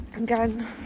Again